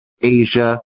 Asia